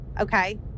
okay